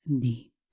deep